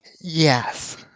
Yes